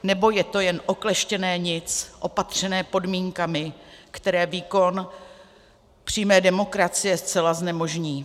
Nebo je to jen okleštěné nic opatřené podmínkami, které výkon přímé demokracie zcela znemožní?